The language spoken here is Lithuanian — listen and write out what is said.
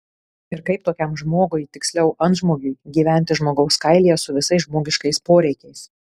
ir kaip tokiam žmogui tiksliau antžmogiui gyventi žmogaus kailyje su visais žmogiškais poreikiais